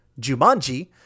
Jumanji